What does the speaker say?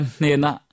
nena